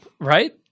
Right